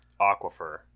aquifer